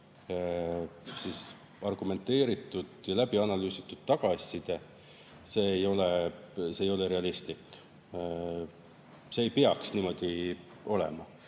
argumenteeritud ja läbi analüüsitud tagasiside – see ei ole realistlik. See ei peaks niimoodi olema.